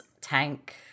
tank